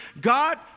God